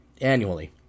annually